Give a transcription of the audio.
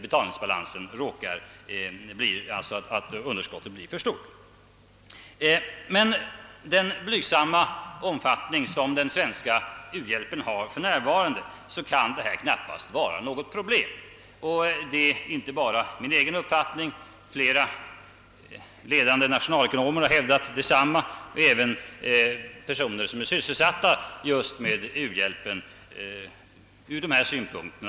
Men med den blygsamma omfattning som den svenska u-hjälpen för närvarande har kan detta knappast vara något problem. Det är inte bara min egen uppfattning. Flera ledande nationalekonomer har hävdat samma sak, även personer inom SIDA, som är sysselsatta med u-hjälpen ur dessa synpunkter.